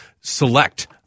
select